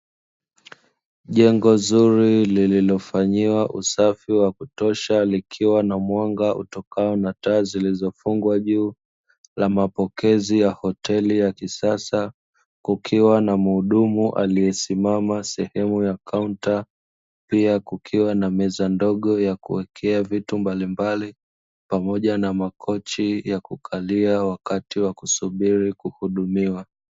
Jengo zuri lililofanyiwa usafi wa kutosha likiwa na mwanga utokao na taa zilizofungwa juu, la mapokezi ya hoteli ya kisasa, kukiwa na mhudumu aliyesimama sehemu ya kaunta, pia kukiwa na meza ndogo ya kuwekea vitu mbalimbali, pamoja na makochi ya kukalia wakati wa kusubiri kuhudumiwa.